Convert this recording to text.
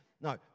No